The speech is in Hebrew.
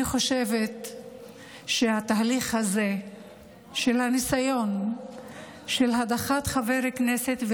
אני חושבת שהתהליך הזה של הניסיון של הדחת חבר כנסת,